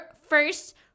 first